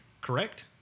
correct